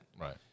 Right